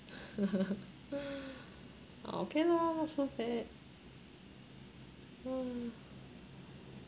okay lah not so bad